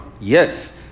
Yes